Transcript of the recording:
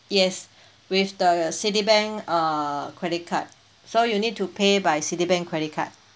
yes with the Citibank uh credit card so you need to pay by Citibank credit card